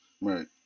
Right